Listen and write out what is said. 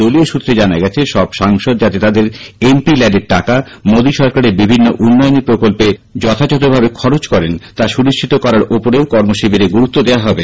দলীয় সূত্রে জানা গেছে সব সাসংদ যাতে তাদের এমপি ল্যাডের টাকা মোদী সরকারের বিভিন্ন উন্নয়নী প্রকল্পের খতে যথাযথভাবে খরচ করেন তা সনিশ্চিত করার ওপরেও কর্মশিবিরে গুরুত্ব দেওয়া হবে